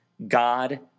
God